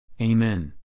Amen